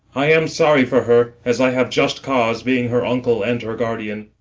i am sorry for her, as i have just cause, being her uncle and her guardian.